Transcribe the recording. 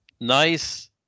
nice